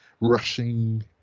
rushing